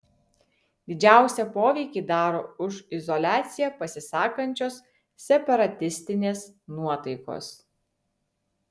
didžiausią poveikį daro už izoliaciją pasisakančios separatistinės nuotaikos